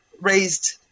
raised